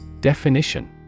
definition